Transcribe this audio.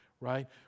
right